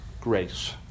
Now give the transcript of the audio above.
grace